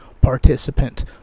participant